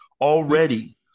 already